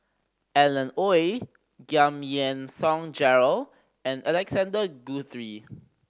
Alan Oei Giam Yean Song Gerald and Alexander Guthrie